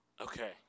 Okay